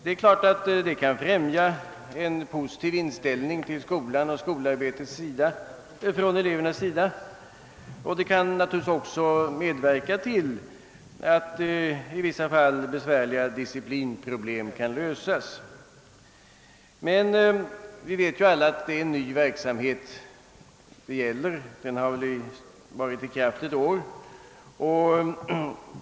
En sådan medverkan kan naturligtvis främja en positiv inställning från eleverna till skolan och skolarbetet, och det kan väl också medverka till att besvärliga disciplinproblem i vissa fall kan lösas. Men vi vet alla att det gäller en ny verksamhet. Den har endast varit i kraft under ett år.